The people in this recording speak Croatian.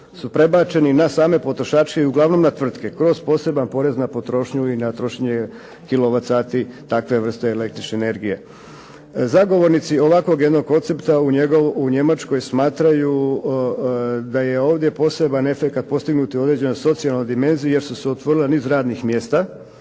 su prebačeni na same potrošače i uglavnom tvrtke kroz poseban porez na potrošnju i trošenje kilovat sati i takve vrste električne energije. Zagovornici ovakvog jednog koncepta u Njemačkoj smatraju da je ovdje poseban efekat postignut u određenoj socijalnoj dimenziji jer su se otvorili niz radnih mjesta